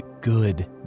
good